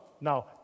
Now